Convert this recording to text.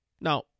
Now